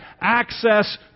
access